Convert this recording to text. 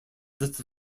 little